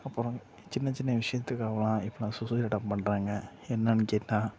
அப்பறம் சின்ன சின்ன விஷயத்துக்காகலாம் இப்போல்லாம் சூசைட் அட்டன் பண்ணுறாங்க என்னனு கேட்டால்